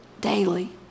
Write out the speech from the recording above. daily